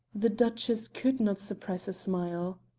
the duchess could not suppress a smile.